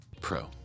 pro